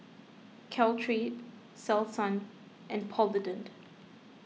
Caltrate Selsun and Polident